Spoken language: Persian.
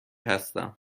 هستم